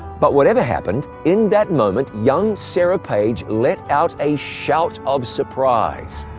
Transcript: but whatever happened, in that moment, young sarah page let out a shout of surprise.